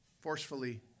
forcefully